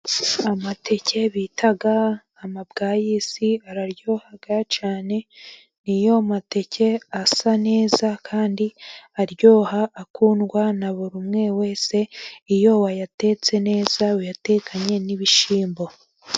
Amateke bita amabwayisi araryoha cyane, ni yo mateke asa neza kandi aryoha akundwa na buri umwe wese, iyo wayatetse neza uyatekanye n'ibishyimbo.